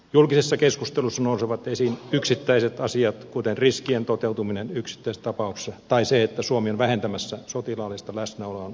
julkisessa keskustelussa nousevat esiin yksittäiset asiat kuten riskien toteutuminen yksittäistapauksissa tai se että suomi on vähentämässä sotilaallista läsnäoloaan operaatiossa